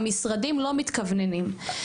המשרדים לא מתכווננים.